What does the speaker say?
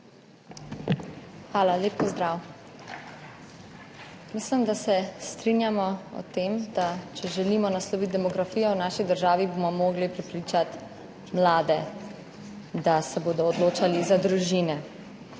Hvala. Lep pozdrav! Mislim, da se strinjamo s tem, da če želimo nasloviti demografijo v naši državi, bomo morali prepričati mlade, da se bodo odločali za družine.